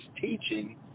teaching